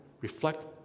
reflect